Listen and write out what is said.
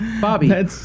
Bobby